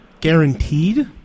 Guaranteed